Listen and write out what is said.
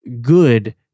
good